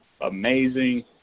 amazing